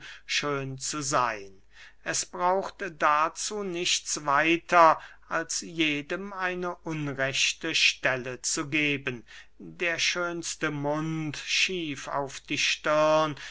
schön zu seyn es braucht dazu nichts weiter als jedem eine unrechte stelle zu geben der schönste mund schief auf die stirn